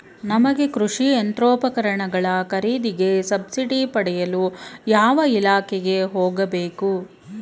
ನಮಗೆ ಕೃಷಿ ಯಂತ್ರೋಪಕರಣಗಳ ಖರೀದಿಗೆ ಸಬ್ಸಿಡಿ ಪಡೆಯಲು ಯಾವ ಇಲಾಖೆಗೆ ಹೋಗಬೇಕು?